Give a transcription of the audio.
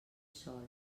sol